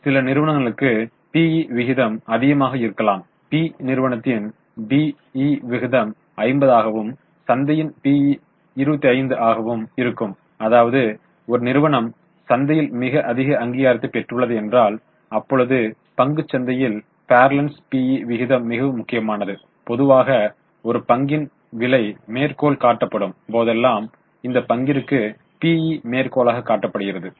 சில நிறுவனங்களுக்கு PE விகிதம் அதிகமாக இருக்கலாம் பி நிறுவனத்தின் PE விகிதம் 50 ஆகவும் சந்தையின் PE 25 ஆகவும் இருக்கும் அதாவது ஒரு நிறுவனம் சந்தையில் மிக அதிக அங்கீகாரத்தைக் பெற்றுள்ளது என்றால் அப்பொழுது பங்குச் சந்தையில் பரலன்ஸ் PE விகிதம் மிகவும் முக்கியமானது பொதுவாக ஒரு பங்கின் விலை மேற்கோள் காட்டப்படும் போதெல்லாம் இந்த பங்கிற்கு PE மேற்கோளாக காட்டப்படுகிறது